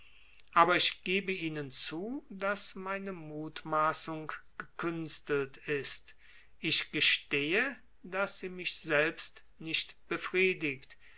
aber ich gebe ihnen zu daß meine mutmaßung gekünstelt ist ich gestehe daß sie mich selbst nicht befriedigt